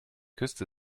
küste